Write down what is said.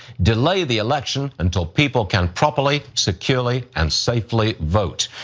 delay the election until people can properly securely, and safely vote.